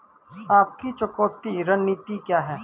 आपकी चुकौती रणनीति क्या है?